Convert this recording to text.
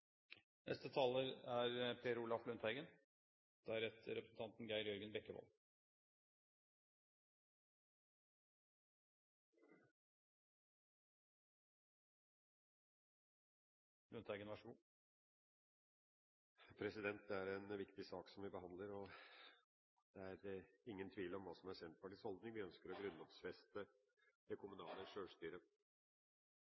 Det er en viktig sak som vi behandler, og det er ingen tvil om hva som er Senterpartiets holdning: Vi ønsker å grunnlovfeste det